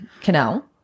canal